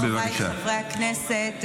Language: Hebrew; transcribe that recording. חבריי חברי הכנסת,